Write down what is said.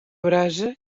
brasa